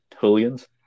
Julians